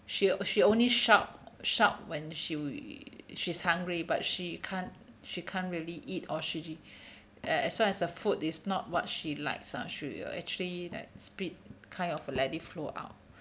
she she only shout shout when she she's hungry but she can't she can't really eat or she as long as the food is not what she likes ah she actually like spit kind of let it flow out